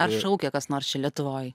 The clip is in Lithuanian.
ar šaukia kas nors čia lietuvoj nešu